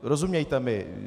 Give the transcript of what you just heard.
Rozumějte mi.